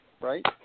right